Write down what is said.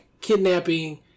kidnapping